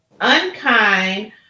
unkind